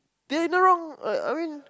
there is no wrong uh I mean